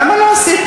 למה לא עשית?